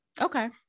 okay